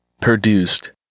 produced